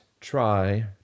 try